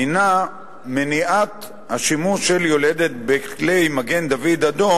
הינה מניעת השימוש של יולדת בכלי מגן-דוד-אדום